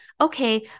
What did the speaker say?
Okay